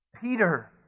Peter